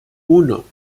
uno